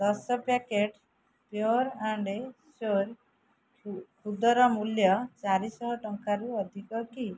ଦଶ packet pure and sure ଖୁ ଖୁଦର ମୂଲ୍ୟ ଚାରିଶହ ଟଙ୍କାରୁ ଅଧିକ କି